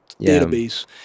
database